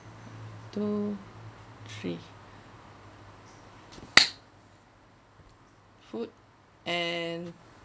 two three food and